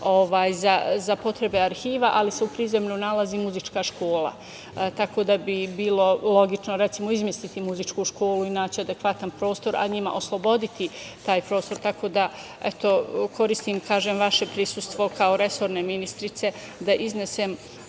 za potrebe arhiva, ali se u prizemlju nalazi muzička škola, tako da bi bilo logično, recimo, izmestiti muzičku školu i naći adekvatan prostor, a njima osloboditi taj prostor. Eto, koristim vaše prisustvo kao resorne ministrice da iznesem